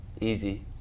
Easy